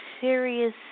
Serious